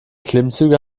klimmzüge